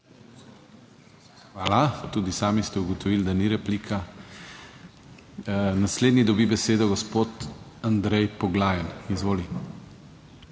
Hvala. Tudi sami ste ugotovili, da ni replika. Naslednji dobi besedo gospod Andrej Poglajen. Izvoli.